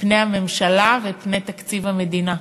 כפני הממשלה וכפני תקציב המדינה.